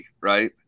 Right